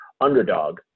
underdog